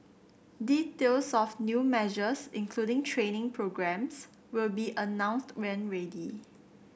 details of new measures including training programmes will be announced when ready